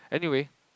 anyway